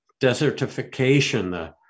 desertification